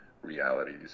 realities